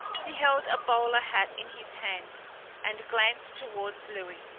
he held a bowler hat in his hand and glanced towards louis.